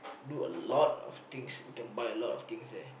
do a lot of things we can buy a lot of things there